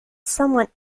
somewhat